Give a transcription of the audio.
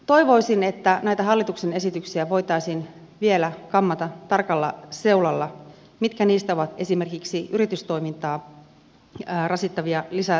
toivoisin että näitä hallituksen esityksiä voitaisiin vielä kammata tarkalla seulalla mitkä niistä ovat esimerkiksi yritystoimintaa rasittavia lisäsäädöksiä